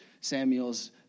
Samuel's